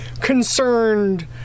concerned